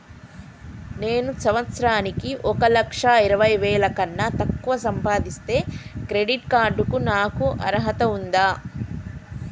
నేను సంవత్సరానికి ఒక లక్ష ఇరవై వేల కన్నా తక్కువ సంపాదిస్తే క్రెడిట్ కార్డ్ కు నాకు అర్హత ఉందా?